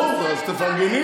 ברור, אז תפרגני.